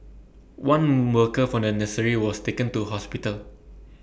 one worker from the nursery was taken to hospital